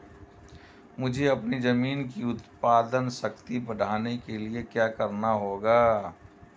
मुझे अपनी ज़मीन की उत्पादन शक्ति बढ़ाने के लिए क्या करना होगा?